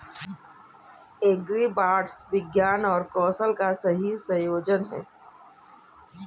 agribots विज्ञान और कौशल का सही संयोजन हैं